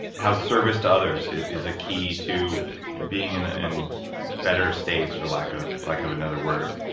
how service to others is a key to being in in better states for lack of like of another word.